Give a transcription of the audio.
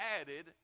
added